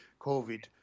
COVID